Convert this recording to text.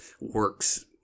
works